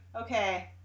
Okay